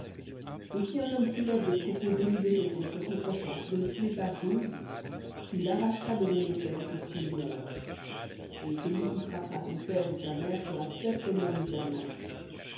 et si un homme s'élève de propos délibéré contre son prochain pour le tuer par ruse tu l'arracheras de mon autel pour qu'il meure et celui qui frappera son père ou sa mère sera certainement mis à mort